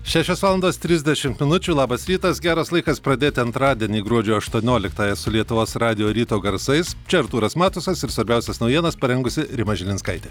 šešios valandos trisdešim minučių labas rytas geras laikas pradėti antradienį gruodžio aštuonioliktąją su lietuvos radijo ryto garsais čia artūras matusas ir svarbiausias naujienas parengusi rima žilinskaitė